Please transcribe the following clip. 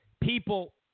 people